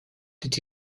did